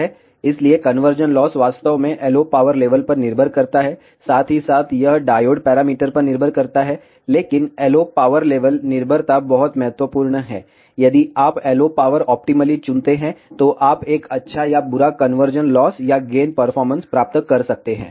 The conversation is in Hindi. इसलिए कन्वर्जन लॉस वास्तव में LO पावर लेवल पर निर्भर करता है साथ ही साथ यह डायोड पैरामीटर पर निर्भर करता है लेकिन LO पावर लेवल निर्भरता बहुत महत्वपूर्ण है यदि आप LO पावर ऑप्टिमली चुनते हैं तो आप एक अच्छा या बुरा कन्वर्जन लॉस या गेन परफॉर्मेंस प्राप्त कर सकते हैं